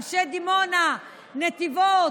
אנשי דימונה, נתיבות,